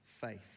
faith